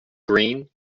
green